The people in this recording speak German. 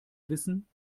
wissen